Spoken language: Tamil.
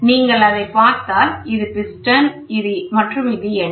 நீங்கள் அதைப் பார்த்தால் இது பிஸ்டன் மற்றும் எடை